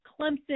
Clemson